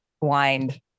wind